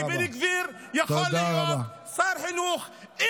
כבן גביר יכול להיות שר חינוך.